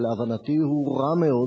שלהבנתי הוא רע מאוד,